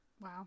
Wow